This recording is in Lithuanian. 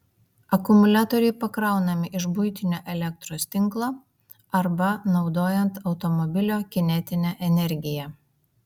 akumuliatoriai pakraunami iš buitinio elektros tinklo arba naudojant automobilio kinetinę energiją